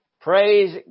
praise